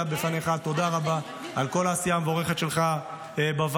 בפניך תודה רבה על כל העשייה המבורכת שלך בוועדה,